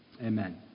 Amen